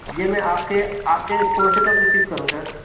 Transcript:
یہ میں آپ کے آپ کے اسٹور سے کب رسیو کروں سر